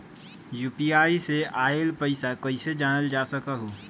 UPI से आईल पैसा कईसे जानल जा सकहु?